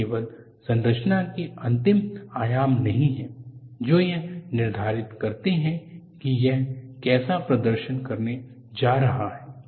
यह केवल संरचना के अंतिम आयाम नहीं हैं जो यह निर्धारित करते हैं कि यह कैसा प्रदर्शन करने जा रहा है